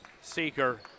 Seeker